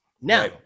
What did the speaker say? now